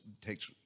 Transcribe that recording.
takes